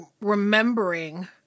remembering